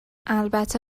البته